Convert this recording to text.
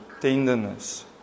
tenderness